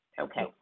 okay